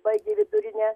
baigė vidurinę